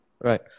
Right